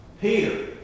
Peter